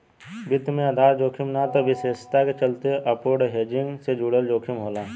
वित्त में आधार जोखिम ना त विशेषता के चलते अपूर्ण हेजिंग से जुड़ल जोखिम होला